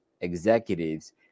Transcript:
executives